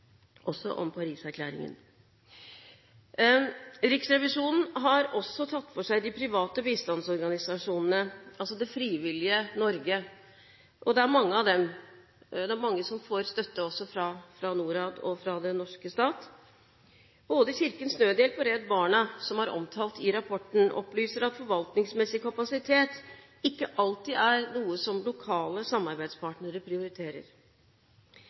også om Paris-erklæringen. Riksrevisjonen har også tatt for seg de private bistandsorganisasjonene – altså det frivillige Norge. Det er mange av dem, og det er mange som får støtte, også fra NORAD og den norske stat. Både Kirkens Nødhjelp og Redd Barna, som er omtalt i rapporten, opplyser at forvaltningsmessig kapasitet ikke alltid er noe som lokale samarbeidspartnere prioriterer.